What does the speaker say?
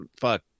fuck